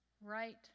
right